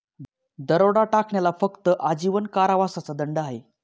दरोडा टाकण्याला फक्त आजीवन कारावासाचा दंड आहे